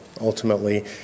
ultimately